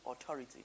authority